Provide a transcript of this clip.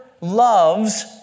loves